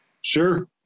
Sure